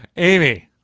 amy,